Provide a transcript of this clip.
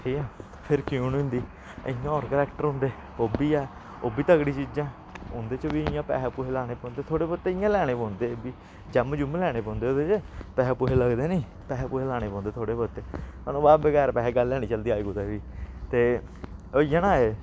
ठीक ऐ फिर क्यून होंदी इ'यां होर करैक्टर होंदे ओह् बी ऐ ओह् बी तगड़ी चीजां उंदे च बी इ'यां पैहे पुहे लाने पौंदे थोह्ड़े बोह्ते इ'यां लैने पौंदे जम्म जुम्म लैने पौंदे ओह्दे च पैहे पुहे लगदे नीं पैहे पुहे लाने पौंदे थोह्ड़े ओह्दे बाद बगैर पैहे गल्ल गै निं चलदी अज्ज कुतै बी ते होई जाना एह्